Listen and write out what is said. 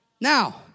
Now